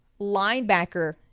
linebacker